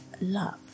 love